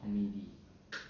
comedy